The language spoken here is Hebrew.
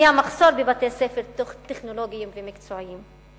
היא המחסור בבתי-ספר טכנולוגיים ומקצועיים.